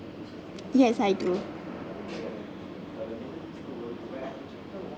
yes I do